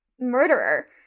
murderer